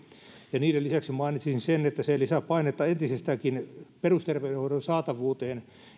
niiden lisäksi mainitsisin sen että se että ihmiset pääsisivät lääkärin vastaanotolle lisää painetta entisestäänkin perusterveydenhoidon saatavuuteen